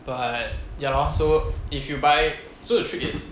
but ya lor so if you buy so the trick is